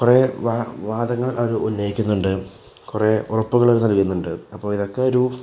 കുറേ വാദങ്ങൾ അവര് ഉന്നയിക്കുന്നുണ്ട് കുറേ ഉറപ്പുകള് അവര് നൽകുന്നുണ്ട് അപ്പോള് ഇതൊക്കെയൊരു